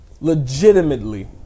legitimately